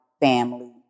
family